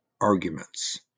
arguments